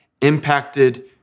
impacted